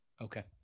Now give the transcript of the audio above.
Okay